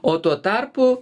o tuo tarpu